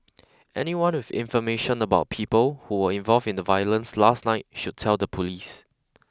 anyone with information about people who were involved in the violence last night should tell the police